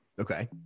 Okay